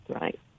right